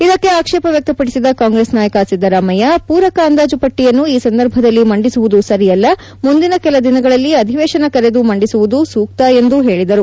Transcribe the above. ಇದಕ್ಕೆ ಆಕ್ಷೇಪ ವ್ಯಕ್ತಪಡಿಸಿದ ಕಾಂಗ್ರೆಸ್ ನಾಯಕ ಸಿದ್ದರಾಮಯ್ಯ ಪೂರಕ ಅಂದಾಜು ಪಟ್ಟಿಯನ್ನು ಈ ಸಂದರ್ಭದಲ್ಲಿ ಮಂಡಿಸುವುದು ಸರಿಯಲ್ಲ ಮುಂದಿನ ಕೆಲ ದಿನಗಳಲ್ಲಿ ಅಧಿವೇಶನ ಕರೆದು ಮಂದಿಸುವುದು ಸೂಕ್ತ ಎಂದು ಹೇಳಿದರು